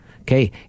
Okay